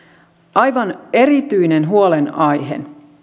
aivan erityinen huolenaihe